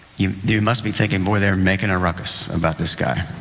you you must be thinking boy they're making a ruckus about this guy